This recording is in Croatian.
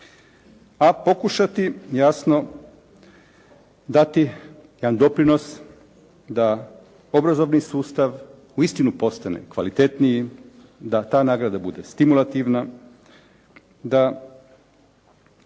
a pokušati jasno dati jedan doprinos da obrazovni sustav uistinu postane kvalitetniji, da ta nagrada bude stimulativna, da